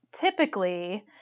typically